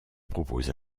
propose